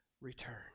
return